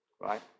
right